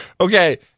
Okay